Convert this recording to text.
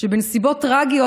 בנסיבות טרגיות,